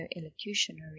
elocutionary